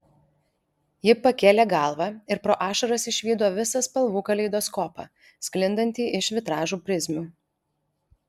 ji pakėlė galvą ir pro ašaras išvydo visą spalvų kaleidoskopą sklindantį iš vitražų prizmių